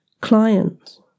Clients